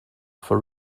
for